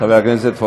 חבר הכנסת,